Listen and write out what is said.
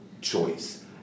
choice